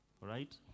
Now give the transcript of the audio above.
right